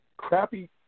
Crappy